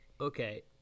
Okay